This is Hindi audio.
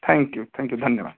थैंक यू थैंक यू धन्यवाद